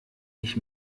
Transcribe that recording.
ich